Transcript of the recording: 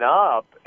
up